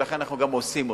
ולכן אנחנו גם עושים אותו.